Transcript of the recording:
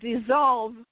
dissolve